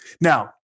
Now